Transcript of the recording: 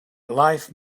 life